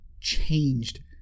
changed